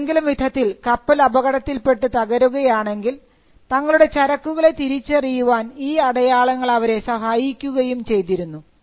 ഏതെങ്കിലും വിധത്തിൽ കപ്പൽ അപകടത്തിൽപ്പെട്ട് തകരുകയാണെങ്കിൽ തങ്ങളുടെ ചരക്കുകളെ തിരിച്ചറിയുവാൻ ഈ അടയാളങ്ങൾ അവരെ സഹായിക്കുകയും ചെയ്തിരുന്നു